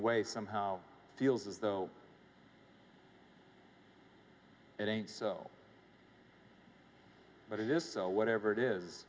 away somehow feels as though it ain't so but if so whatever it is